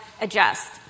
adjust